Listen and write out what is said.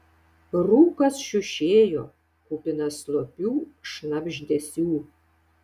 rūkas šiušėjo kupinas slopių šnabždesių